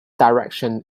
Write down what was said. direction